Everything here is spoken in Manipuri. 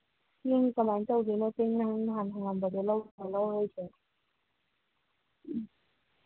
ꯆꯦꯡ ꯀꯃꯥꯏ ꯇꯧꯗꯣꯏꯅꯣ ꯆꯦꯡ ꯅꯪ ꯅꯍꯥꯟ ꯍꯪꯉꯝꯕꯗꯣ ꯂꯧꯗꯣꯏꯔꯣ ꯂꯧꯔꯣꯏꯗ꯭ꯔꯣ